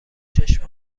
چشم